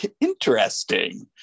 Interesting